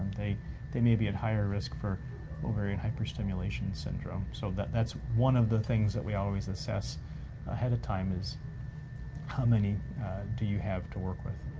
they they may be at higher risk for ovarian hyperstimulation syndrome, so that's one of the things that we always assess ahead of time, is how many do you have to work with.